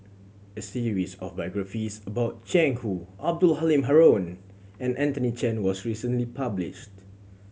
a series of biographies about Jiang Hu Abdul Halim Haron and Anthony Chen was recently published